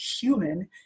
human